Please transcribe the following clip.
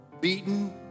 beaten